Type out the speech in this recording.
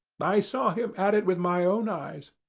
i saw him at it with my own eyes.